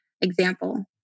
example